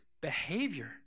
behavior